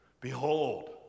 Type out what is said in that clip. Behold